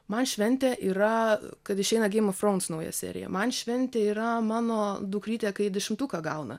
man šventė yra kad išeina gemo fronts nauja serija man šventė yra mano dukrytė kai dešimtuką gauna